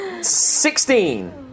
Sixteen